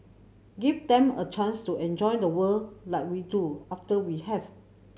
give them a chance to enjoy the world like we do after we have